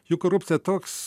juk korupcija toks